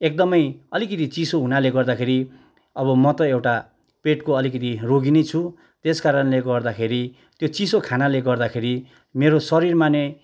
एकदमै अलिकति चिसो हुनाले गर्दाखेरि अब म त एउटा पेटको अलिकति रोगी नै छु त्यसकारणले गर्दाखेरि त्यो चिसो खानाले गर्दाखेरि मेरो शरीरमा नै